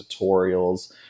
tutorials